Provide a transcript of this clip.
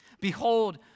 Behold